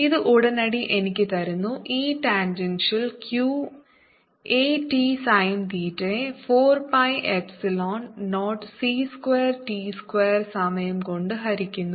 ഇത് ഉടനടി എനിക്ക് തരുന്നു E tangential q a t sine തീറ്റയെ 4 pi epsilon 0 c square t square സമയം കൊണ്ട് ഹരിക്കുന്നു